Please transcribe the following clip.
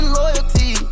loyalty